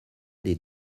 des